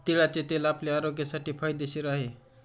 तिळाचे तेल आपल्या आरोग्यासाठी फायदेशीर आहे